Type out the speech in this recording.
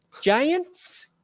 Giants